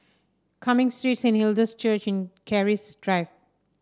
Cumming Street Saint Hilda's Church and Keris Drive